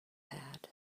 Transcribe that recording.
had